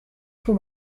schon